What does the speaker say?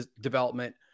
development